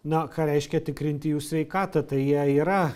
na ką reiškia tikrinti jų sveikatą tai jie yra